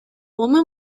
woman